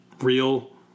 real